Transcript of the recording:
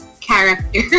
character